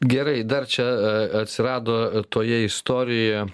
gerai dar čia a atsirado ir toje istorijoje